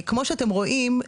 כמו שאתם רואים.